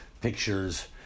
pictures